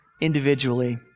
individually